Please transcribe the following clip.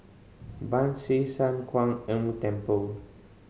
Ban Siew San Kuan Temple